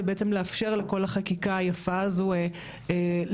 ובעצם לאפשר לכל החקיקה היפה הזו להתקיים.